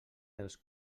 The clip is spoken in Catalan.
dels